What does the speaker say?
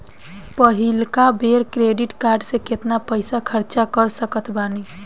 पहिलका बेर credit card से केतना पईसा खर्चा कर सकत बानी?